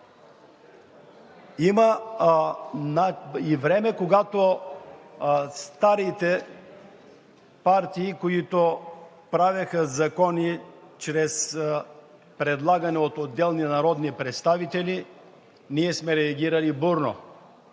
Има и време, когато на старите партии, които правеха закони чрез предлагане от отделни народни представители, ние сме реагирали бурно.